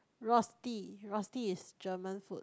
Rosti Rosti is German food